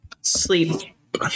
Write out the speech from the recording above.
sleep